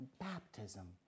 baptism